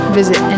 visit